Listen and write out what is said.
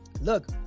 look